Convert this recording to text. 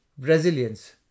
resilience